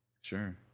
Sure